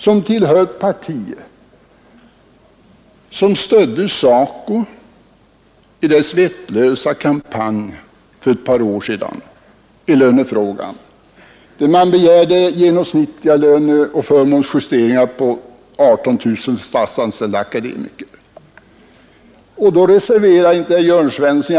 Han tillhör ju ett parti som stödde SACO i dess vettlösa kampanj i lönefrågan för ett par år sedan, när man begärde genomsnittliga löneoch förmånsjusteringar för 18 000 statsanställda akademiker. Då reserverade sig inte herr Jörn Svensson.